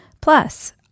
Plus